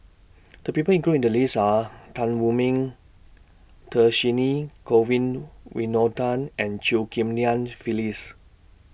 The People included in The list Are Tan Wu Meng Dhershini Govin Winodan and Chew Ghim Lian Phyllis